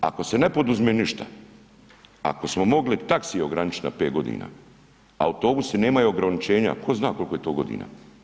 Ako se ne poduzme ništa, ako smo mogli taxi ograničiti na 5 godina, autobusi nemaju ograničenja, ko zna koliko je to godina.